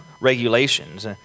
regulations